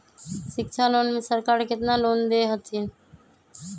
शिक्षा लोन में सरकार केतना लोन दे हथिन?